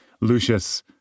Lucius